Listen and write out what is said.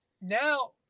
now